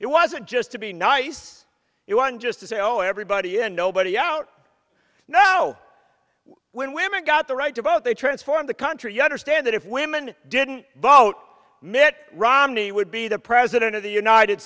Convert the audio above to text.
it wasn't just to be nice it won just to say oh everybody in nobody out no when women got the right to vote they transform the country understand that if women didn't vote mitt romney would be the president of the united